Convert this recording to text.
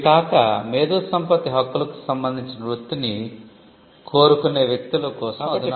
ఇవి కాక మేధో సంపత్తి హక్కులకు సంబందించిన వృత్తిని కోరుకునే వ్యక్తుల కోసం అధునాతన కోర్సులు ఉన్నాయి